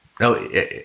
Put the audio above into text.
no